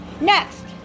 Next